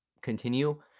continue